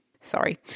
Sorry